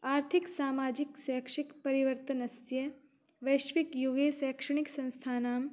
आर्थिकसामाजिकशैक्षिकपरिवर्तनस्य वैश्विकयुगे शैक्षणिकसंस्थानाम्